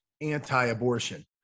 Anti-abortion